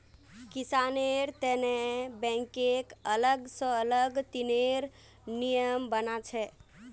किसानेर तने बैंकक अलग स ऋनेर नियम बना छेक